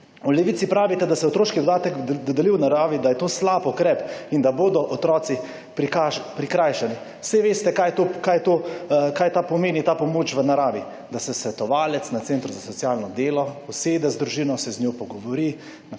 V Levici pravite, da se otroški dodatek dodeli v naravi, da je to slab ukrep in da bodo otroci prikrajšani. Saj veste, kaj pomeni ta pomoč v naravi. Da se svetovalec na centru za socialno delo usede z družino, se z njo pogovori,